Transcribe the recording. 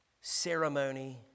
ceremony